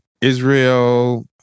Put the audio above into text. israel